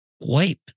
Wipe